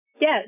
Yes